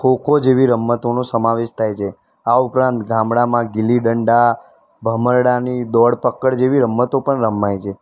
ખો ખો જેવી રમતોનો સમાવેશ થાય છે આ ઉપરાંત ગામડામાં ગીલી ડંડા ભમરડાની દોડ પકડ જેવી રમતો પણ રમાય છે